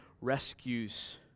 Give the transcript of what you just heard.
rescues